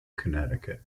connecticut